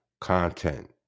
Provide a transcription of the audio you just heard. content